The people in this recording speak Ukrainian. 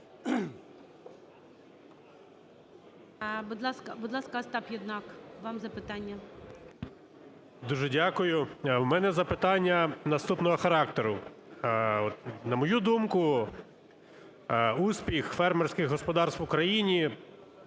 Дуже дякую. В мене запитання наступного характеру. От, на мою думку, успіх фермерських господарств в Україні